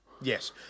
Yes